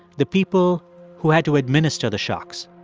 the people who had to administer the shocks